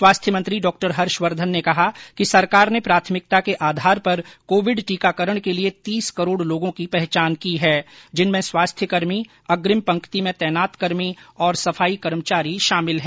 स्वास्थ्य मंत्री डॉक्टर हर्षवर्धन ने कहा कि सरकार ने प्राथमिकता के आधार पर कोविड टीकाकरण के लिए तीस करोड़ लोगों की पहचान की है जिनमें स्वास्थ्यकर्मी अग्रिम पंक्ति में तैनात कर्मी और सफाई कर्मचारी शामिल हैं